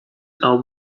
are